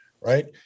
right